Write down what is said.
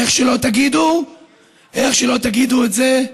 איך שלא תגידו את זה,